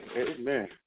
Amen